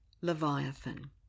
Leviathan